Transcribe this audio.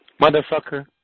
Motherfucker